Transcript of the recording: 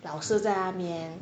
老师在那边